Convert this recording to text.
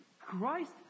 Christ